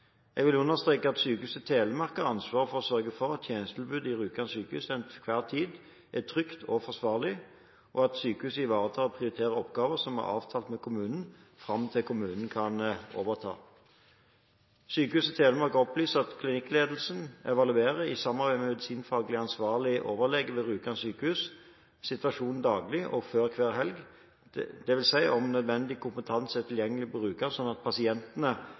Jeg vil understreke at Sykehuset Telemark har ansvar for å sørge for at tjenestetilbudet i Rjukan sykehus til enhver tid er trygt og forsvarlig, og at sykehuset ivaretar å prioritere oppgaver som er avtalt med kommunen, fram til kommunen kan overta. Sykehuset Telemark opplyser at klinikkledelsen i samarbeid med sin faglig ansvarlige overlege ved Rjukan sykehus evaluerer situasjonen daglig og før hver helg, dvs. ser om nødvendig kompetanse er tilgjengelig på Rjukan sånn at pasientene